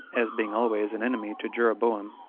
as being always an enemy to jeroboam,